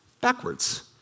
backwards